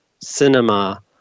cinema